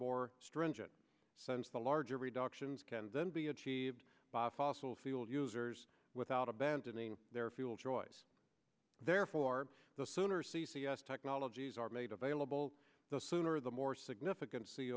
more stringent since the larger reductions can then be achieved by fossil fuel users without abandoning their fuel choice therefore the sooner c c s technologies are made available the sooner the more significant c